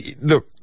Look